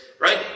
right